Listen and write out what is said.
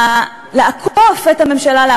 לעקוף את הממשלה,